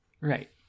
Right